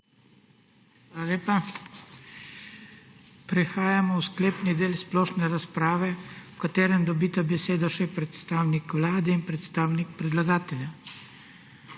Hvala lepa. Prehajamo v sklepni del splošne razprave, v katerem dobita besedo še predstavnik Vlade in predstavnik predlagatelja.